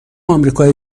آمریکای